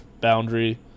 boundary